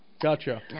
Gotcha